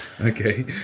okay